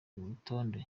rutonde